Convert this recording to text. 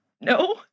No